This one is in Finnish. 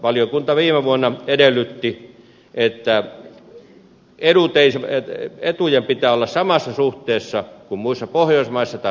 valiokunta viime vuonna edellytti että etujen pitää olla samassa suhteessa kuin muissa pohjoismaissa tai vertailukelpoiset